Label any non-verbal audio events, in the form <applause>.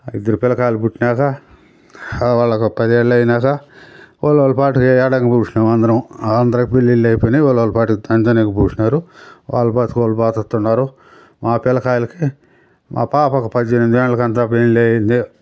ఇద్దరు పిలకాయలు పుట్టినాక అలా వాళ్ళకో పదేళ్ళు అయినాక వాళ్ళు వాళ్ళ పాటికి ఏండంగి <unintelligible> అందరం అందరికీ పెళ్ళిళ్ళు అయిపోయినాయి వాళ్ళు వాళ్ళ పాటికి <unintelligible> వాళ్ళ పాటికి వాళ్ళు బాగా చూస్తున్నారు మా పిల్లకాయలకి మా పాపకి పద్దెనిమిది ఏళ్ళకు అంతా పెండ్లయింది